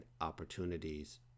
opportunities